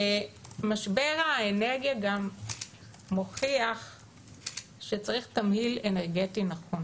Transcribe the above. משבר האנרגיה גם מוכיח שצריך תמהיל אנרגטי נכון